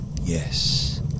Yes